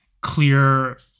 clear